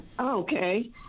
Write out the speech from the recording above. okay